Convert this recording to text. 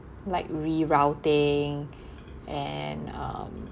like re-routing and um